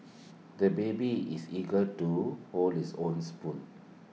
the baby is eager to hold his own spoon